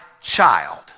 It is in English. child